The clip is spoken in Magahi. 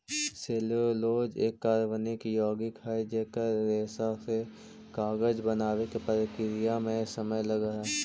सेल्यूलोज एक कार्बनिक यौगिक हई जेकर रेशा से कागज बनावे के प्रक्रिया में समय लगऽ हई